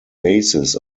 basis